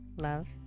love